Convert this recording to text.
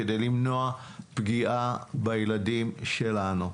כדי למנוע פגיעה בילדים שלנו.